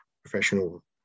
professional